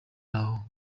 aho